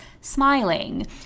smiling